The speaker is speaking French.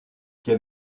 quel